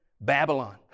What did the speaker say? Babylon